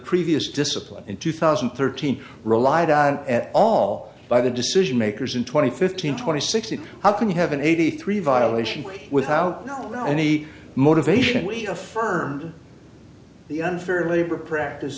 previous discipline in two thousand and thirteen relied on at all by the decision makers in twenty fifteen twenty sixty how can you have an eighty three violation without any motivation we affirmed the unfair labor practice